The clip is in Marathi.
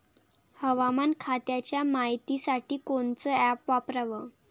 हवामान खात्याच्या मायतीसाठी कोनचं ॲप वापराव?